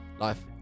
life